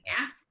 ask